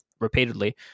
repeatedly